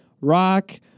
rock